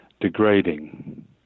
degrading